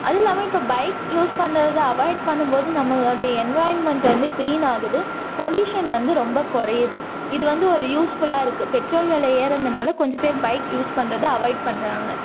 அதுவும் இல்லாமல் இப்போ பைக் யூஸ் பண்ணுறதை அவாய்ட் பண்ணும் போது நம்மளோடைய என்விரான்மெண்ட் வந்து க்ளீன் ஆகுது பொல்யூஷன் வந்து ரொம்ப குறையுது இது வந்து ஒரு யூஸ் ஃபுல்லாக இருக்குது பெட்ரோல் வில ஏறுனதுனால் கொஞ்சம் பேர் பைக் யூஸ் பண்ணுறத அவாய்ட் பண்ணுறாங்க